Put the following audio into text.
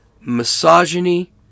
misogyny